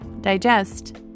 digest